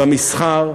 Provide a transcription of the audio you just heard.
במסחר,